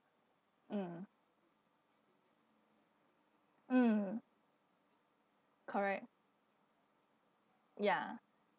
mm mm correct ya